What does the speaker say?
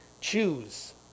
Choose